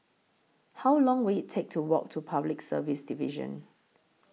How Long Will IT Take to Walk to Public Service Division